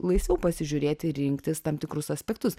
laisviau pasižiūrėti ir rinktis tam tikrus aspektus